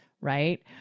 right